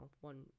one